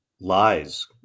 lies